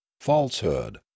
falsehood